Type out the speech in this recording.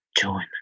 Join